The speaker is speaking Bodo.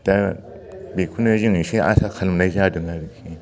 दा बेखौनो जों एसे आसा खालामनाय जादों आरो